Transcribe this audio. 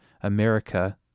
America